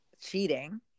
cheating